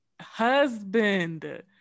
husband